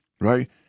right